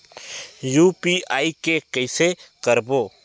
UPI के कइसे करबो?